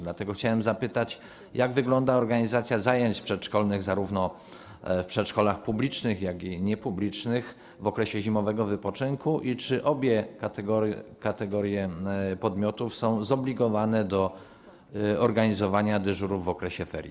Dlatego chciałem zapytać, jak wygląda organizacja zajęć przedszkolnych zarówno w przedszkolach publicznych, jak i niepublicznych w okresie zimowego wypoczynku i czy obie kategorie podmiotów są zobligowane do organizowania dyżurów w okresie ferii.